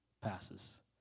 passes